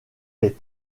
les